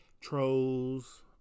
Trolls